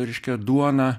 reiškia duoną